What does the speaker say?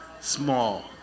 small